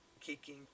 kicking